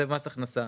זה מס הכנסה,